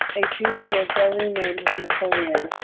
a treaty was readily made with napoleon,